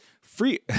free